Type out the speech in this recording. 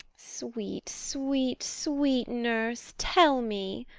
sweet, sweet, sweet nurse, tell me,